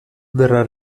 verrà